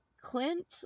Clint